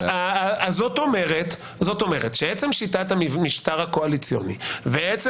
זאת אומרת שעצם שיטת המשטר הקואליציוני ועצם